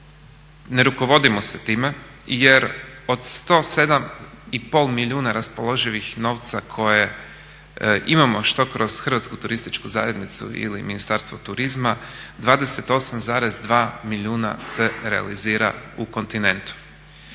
ne rukovodimo se time jer od 107,5 milijuna raspoloživog novca koje imamo što kroz Hrvatsku turističku zajednicu ili Ministarstvo turizma, 28,2 milijuna se realizira u kontinentu.